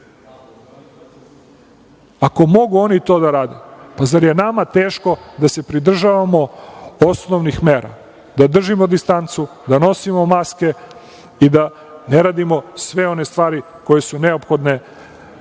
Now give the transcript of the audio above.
mogu oni to da rade, pa zar je nama teško da se pridržavamo osnovnih mera - da držimo distancu, da nosimo maske i da ne radimo sve one stvari koje su neophodne